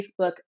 Facebook